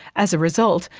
as a result,